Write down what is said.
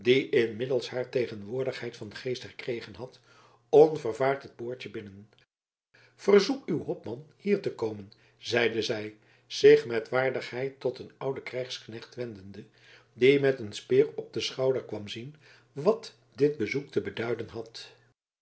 inmiddels haar tegenwoordigheid van geest herkregen had onvervaard het poortje binnen verzoek uw hopman hier te komen zeide zij zich met waardigheid tot een ouden krijgsknecht wendende die met een speer op den schouder kwam zien wat dit bezoek te beduiden had